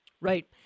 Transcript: Right